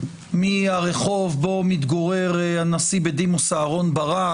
מהרחוב בו מתגורר הנשיא בדימוס אהרן ברק.